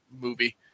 movie